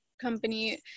company